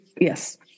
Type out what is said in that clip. yes